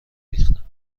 ریختم